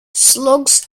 slugs